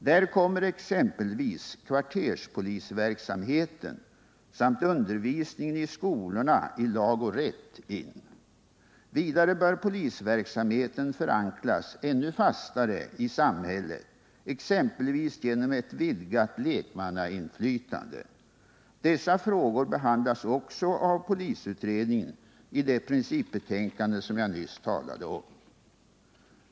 Där kommer exempelvis kvarterspolisverksamheten samt undervisningen i skolorna i lag och rätt in. Vidare bör polisverksamheten förankras ännu fastare i samhället, exempelvis genom ett vidgat lekmannainflytande. Dessa frågor behandlas också av polisutredningen i det principbetänkande som jag nyss talade om.